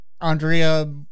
Andrea